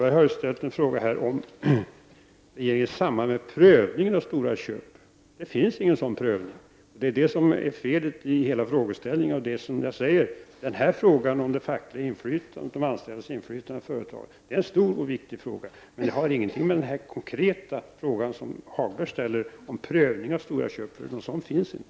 Fru talman! Lars-Ove Hagberg har ställt en fråga som avser om ”regeringen i samband med prövningen av Storas köp ---”. Det har inte förekommit någon sådan prövning, och det är det som är felet i hela frågeställningen. Frågan om de anställdas inflytande i företaget är en stor och viktig fråga, men den har ingenting att göra med den konkreta fråga som Hagberg ställde om prövning av Storas köp. Någon sådan finns inte.